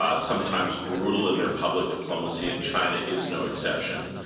ah sometimes brutal in their public diplomacy, and china is no exception.